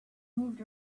moved